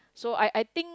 so I I think